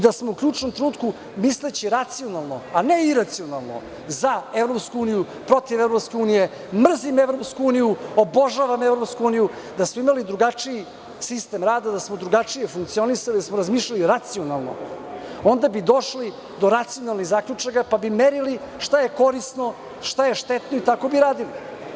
Da smo u ključnom trenutku, misleći racionalno a ne iracionalno - za EU, protiv EU, mrzim EU, obožavam EU, da smo imali drugačiji sistem rada, da smo drugačije funkcionisali, da smo razmišljali racionalno onda bi došli do racionalnih zaključaka kad bi merili šta je korisno, šta je štetno i tako bi radili.